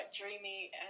dreamy